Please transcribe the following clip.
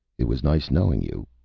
it was nice knowing you,